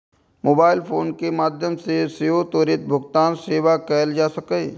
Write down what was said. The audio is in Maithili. मोबाइल फोन के माध्यम सं सेहो त्वरित भुगतान सेवा कैल जा सकैए